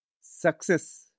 Success